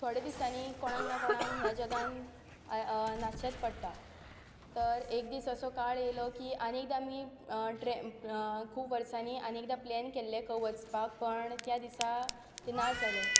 थोड्या दिसांनी कोणाक ना कोणाक ह्या जगांत नाशचेंच पडटा तर एक दीस असो काळ आयलो की आनी एकदा आमी खूब वर्सांनी आनीक एकदां प्लेन केल्लें वचपाक पण त्या दिसा तें ना जालें